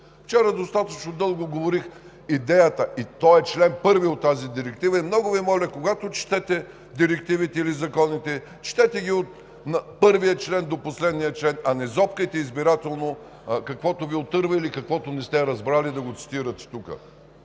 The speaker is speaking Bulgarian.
Вчера достатъчно дълго говорих – идеята и чл. 1 от тази директива. И много Ви моля, когато четете директивите или законите, четете ги от първия до последния член, а не зобкайте избирателно каквото Ви отърва или каквото не сте разбрали, да го цитирате тук.